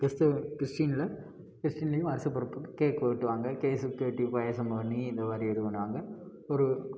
கிறிஸ்துவ கிறிஸ்டினில் கிறிஸ்டின்லேயும் வருட பிறப்புக்கு கேக் வெட்டுவாங்க கேசு கேக் வெட்டி பாயாசம் பண்ணி இந்த மாதிரி இது பண்ணுவாங்கள் ஒரு